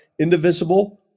indivisible